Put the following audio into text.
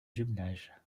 jumelage